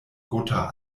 gotha